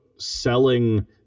selling